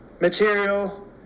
material